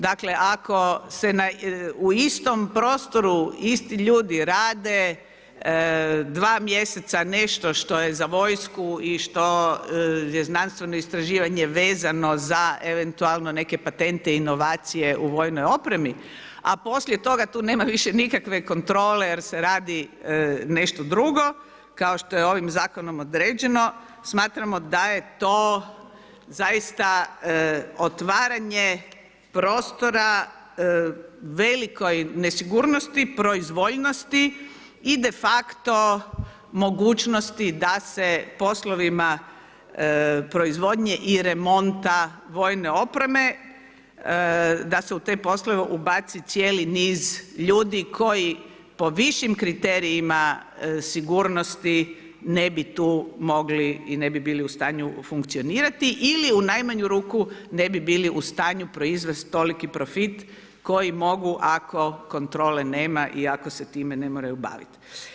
Dakle ako se u istom prostoru isti ljudi rade dva mjeseca nešto što je za vojsku i što je znanstveno istraživanje vezano za eventualno neke patente i inovacije u vojnoj opremi a poslije toga tu nema više nikakve kontrole jer se radi nešto drugo kao što je ovim zakonom određeno smatramo da je to zaista otvaranje prostora velikoj nesigurnosti, proizvoljnosti i de faceto mogućnosti da se poslovima proizvodnje i remonta vojne opreme, da se u te poslove ubaci cijeli niz ljudi koji po višim kriterijima sigurnosti ne bi tu mogli i ne bi bili u stanju funkcionirati ili u najmanju ruku ne bi bili u stanju proizvesti toliki profit koji mogu ako kontrole nema i ako se time ne moraju baviti.